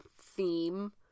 theme